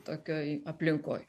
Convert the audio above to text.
tokioj aplinkoj